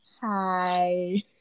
hi